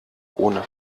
ohne